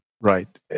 Right